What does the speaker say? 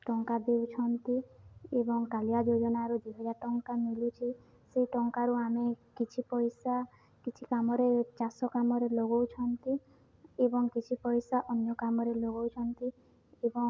ଟଙ୍କା ଦେଉଛନ୍ତି ଏବଂ କାଳିଆ ଯୋଜନାରୁ ଦୁଇହଜାର ଟଙ୍କା ମିଳୁଛି ସେଇ ଟଙ୍କାରୁ ଆମେ କିଛି ପଇସା କିଛି କାମରେ ଚାଷ କାମରେ ଲଗାଉଛନ୍ତି ଏବଂ କିଛି ପଇସା ଅନ୍ୟ କାମରେ ଲଗାଉଛନ୍ତି ଏବଂ